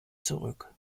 zurück